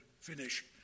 finish